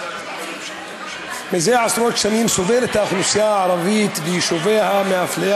זה עשרות שנים האוכלוסייה הערבית ויישוביה סובלים מאפליה